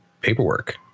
paperwork